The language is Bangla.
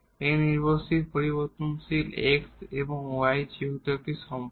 এই ডিপেন্ডেন্ট ভেরিয়েবল x এবং y যেহেতু একটি সম্পর্ক